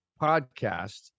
podcast